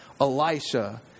elisha